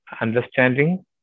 understanding